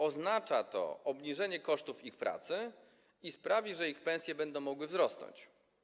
Oznacza to obniżenie kosztów ich pracy i sprawi, że ich pensje będą mogły wzrosnąć.